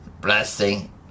blessing